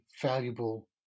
valuable